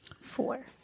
four